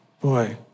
boy